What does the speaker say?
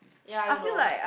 ya I don't know